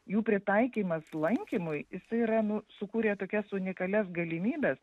jų pritaikymas lankymui jisai yra nu sukūrė tokias unikalias galimybes